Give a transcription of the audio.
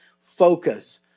focus